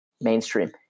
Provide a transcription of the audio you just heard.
mainstream